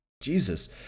jesus